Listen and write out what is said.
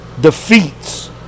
defeats